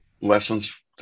lessons